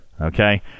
Okay